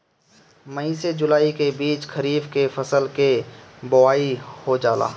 मई से जुलाई के बीच खरीफ के फसल के बोआई हो जाला